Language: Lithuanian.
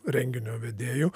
renginio vedėjų